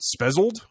Spezzled